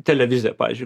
televizija pavyzdžiui